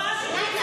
אומרת את